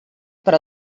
per